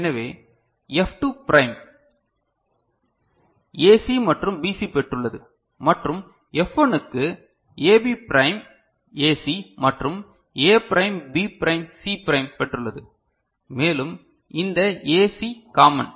எனவே F 2 prime AC மற்றும் BC பெற்றுள்ளது மற்றும் எஃப் 1 க்கு ஏபி பிரைம் ஏசி மற்றும் A prime B prime C prime பெற்றுள்ளது மேலும் இந்த ஏசி காமன்